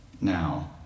now